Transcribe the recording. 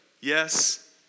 Yes